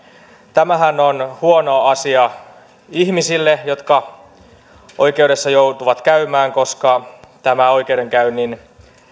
tämähän on huono asia ihmisille jotka oikeudessa joutuvat käymään koska tämä oikeudenkäynnin